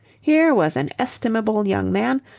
here was an estimable young man,